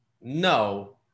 No